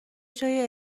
جای